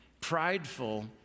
prideful